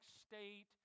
state